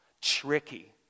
tricky